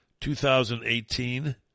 2018